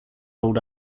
old